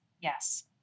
Yes